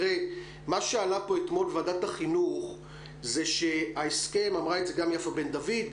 מה שעלה פה בוועדת החינוך הוא שההסכם אמרה את זה גם יפה בן דוד,